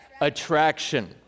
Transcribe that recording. Attraction